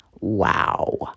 Wow